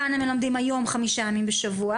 כאן הם מלמדים היום חמישה ימים בשבוע